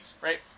right